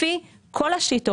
לפי כל השיטות,